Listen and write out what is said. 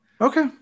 Okay